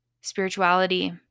spirituality